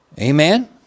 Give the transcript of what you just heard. Amen